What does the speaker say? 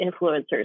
influencers